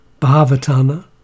bahavatana